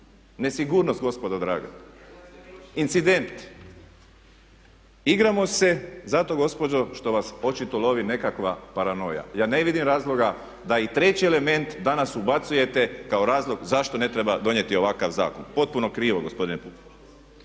Nesigurnost gospodo draga. Incident. Igramo se zato gospodo što vas očito lovi nekakva paranoja. Ja ne vidim razloga da i treći element danas ubacujete kao razlog zašto ne treba donijeti ovakav zakon. Potpuno krivo gospodine.